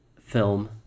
film